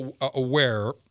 aware